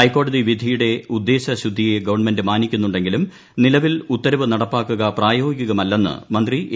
ഹൈക്കോടതി വിധിയുടെ ഉദ്ദേശശുദ്ധിയെ ഗവൺമെന്റ് മാനിക്കുന്നുണ്ടെങ്കിലും നിലവിൽ ഉത്തരവ് നടപ്പാക്കുക പ്രായോഗികമല്ലെന്ന് മന്ത്രി എ